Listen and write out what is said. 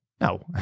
No